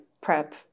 prep